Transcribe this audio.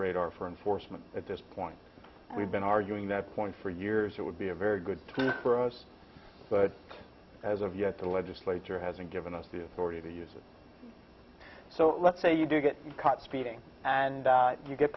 radar for enforcement at this point we've been arguing that point for years it would be a very good thing for us but as of yet the legislature hasn't given us the authority to use it so let's say you do get caught speeding and you get